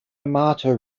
yamato